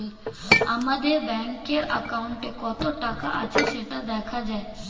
আমাদের ব্যাঙ্কের অ্যাকাউন্টে কত টাকা আছে সেটা দেখা যায়